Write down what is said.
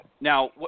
Now